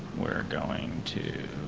we're going to